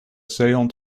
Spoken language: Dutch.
zeehond